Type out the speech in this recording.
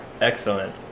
excellent